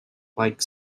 like